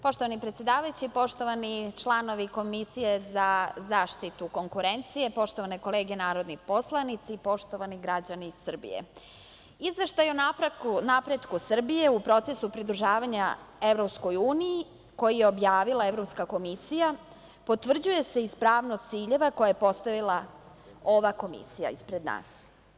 Poštovani predsedavajući, poštovani članovi Komisije za zaštitu konkurencije, poštovane kolege narodni poslanici, poštovani građani Srbije, izveštaj o napretku Srbije u procesu pridruživanja EU koji je objavila Evropska komisija potvrđuje se ispravnost ciljeva koje je postavila ova komisija ispred nas.